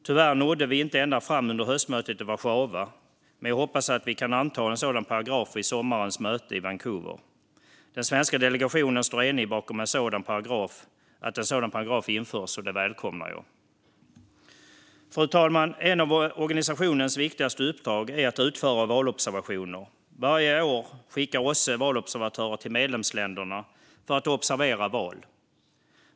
Tyvärr nådde vi inte ända fram under höstmötet i Warszawa, men jag hoppas att vi kan anta en sådan paragraf vid sommarens möte i Vancouver. Den svenska delegationen står enig bakom att en sådan paragraf införs, och det välkomnar jag. Fru talman! En av organisationens viktigaste uppdrag är att utföra valobservationer. Varje år skickar OSSE valobservatörer till medlemsländerna för att observera val.